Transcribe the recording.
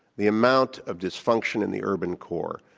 the amount of dysfunction in the urban core.